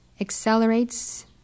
accelerates